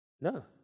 No